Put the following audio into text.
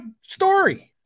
story